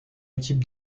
équipe